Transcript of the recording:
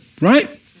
right